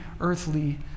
earthly